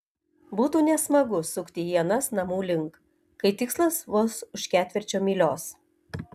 būtų nesmagu sukti ienas namų link kai tikslas vos už ketvirčio mylios